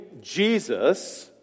Jesus